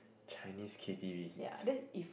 Chinese K_T_V